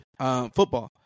Football